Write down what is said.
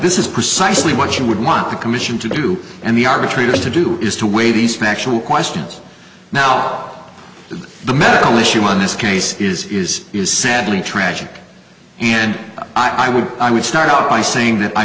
this is precisely what you would want the commission to do and the arbitrator to do is to weigh these factual questions now that the medical issue in this case is is is sadly tragic and i would i would start out by saying that i